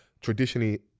traditionally